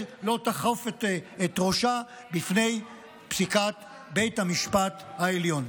ולא תכוף את ראשה בפני פסיקת בית המשפט העליון.